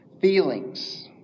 feelings